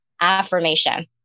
affirmation